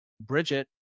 Bridget